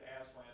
Aslan